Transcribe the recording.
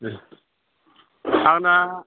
आंना